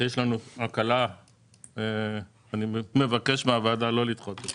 שיש לנו הקלה אני מבקש מהוועדה לא לדחות אותה.